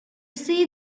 see